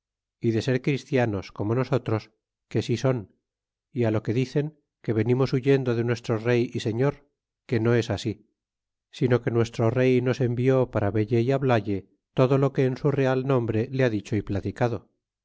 é de ser christianos como nosotros que si son e á lo que dicen que venimos huyendo de nuestro rey y señor que no es así sino que nuestro rey nos envió para velle y hablalle todo lo que en su real nombre le ha dicho e platicado